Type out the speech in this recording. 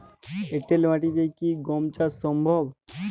এঁটেল মাটিতে কি গম চাষ সম্ভব?